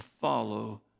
follow